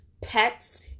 pets